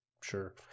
sure